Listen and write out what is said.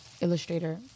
illustrator